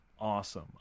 awesome